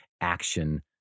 action